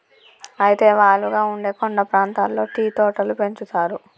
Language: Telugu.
అయితే వాలుగా ఉండే కొండ ప్రాంతాల్లో టీ తోటలు పెంచుతారు